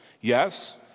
Yes